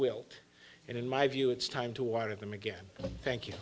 will in my view it's time to water them again thank you